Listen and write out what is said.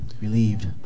relieved